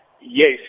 Yes